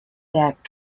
back